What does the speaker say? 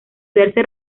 verse